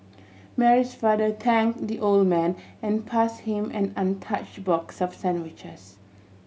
Mary's father thank the old man and pass him an untouched box of sandwiches